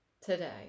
today